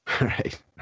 Right